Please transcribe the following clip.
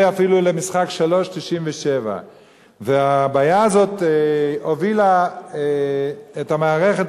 פה אפילו למשחק 3 97. הבעיה הזאת הובילה את המערכת,